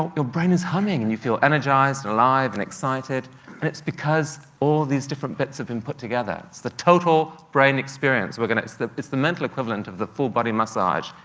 your brain is humming and you feel energized, alive and excited, and it's because all these different bits have been put together. it's the total brain experience, we're going to. it's the it's the mental equivalent of the full body massage.